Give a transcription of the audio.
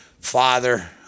Father